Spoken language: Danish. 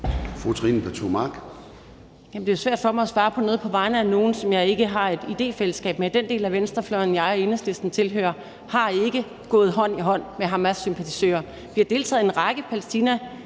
Trine Pertou Mach (EL): Det er svært for mig at svare på noget på vegne af nogen, som jeg ikke har et idéfællesskab med. Den del af venstrefløjen, jeg og Enhedslisten tilhører, har ikke gået hånd i hånd med hamassympatisører. Vi har hver især deltaget i en række